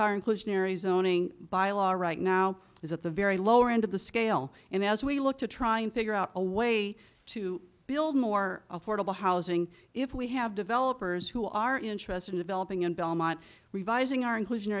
our inclusionary zoning bylaws right now is at the very lower end of the scale and as we look to try and figure out a way to build more affordable housing if we have developers who are interested in developing in belmont revising our inclusion